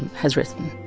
and has risen